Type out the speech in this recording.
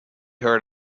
heard